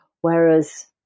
whereas